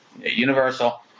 Universal